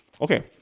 Okay